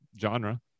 genre